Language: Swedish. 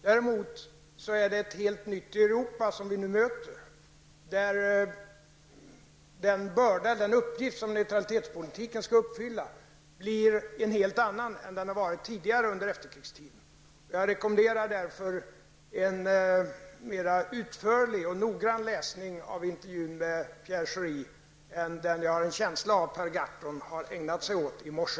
Däremot är det ett helt nytt Europa som vi nu möter, och den uppgift som neutralitetspolitiken har att fylla blir då en helt annan än den, under efterkrigstiden. Jag rekommenderar därför en mera utförlig och noggrann läsning av intervjun med Piere Schori än den som jag har en känsla av att Per Gahrton ägnade sig åt i morse.